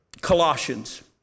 Colossians